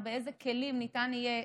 או באיזה כלים ניתן יהיה,